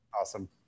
Awesome